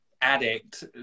addict